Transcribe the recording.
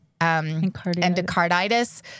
endocarditis